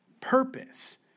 purpose